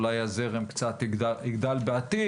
אולי הזרם קצת יגדל בעתיד,